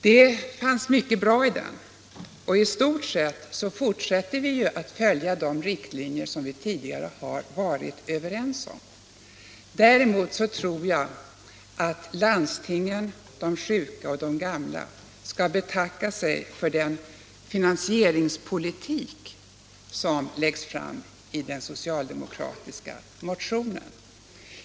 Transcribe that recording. Det fanns mycket bra i den, och i stort sett fortsätter vi att följa de riktlinjer som vi tidigare har varit överens om. Däremot tror jag att landstingen, de sjuka och de gamla skall betacka sig för den finansieringspolitik som läggs fram i den socialdemokratiska motionen.